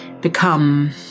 become